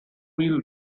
wheel